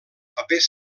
papers